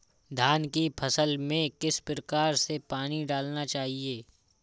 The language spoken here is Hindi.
धान की फसल में किस प्रकार से पानी डालना चाहिए?